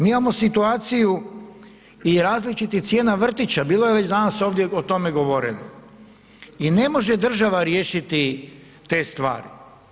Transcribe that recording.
Mi imamo situaciju i različitih cijena vrtića, bilo je već danas ovdje o tome govoreno i ne može država riješiti te stvari.